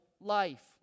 life